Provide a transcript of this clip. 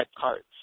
cards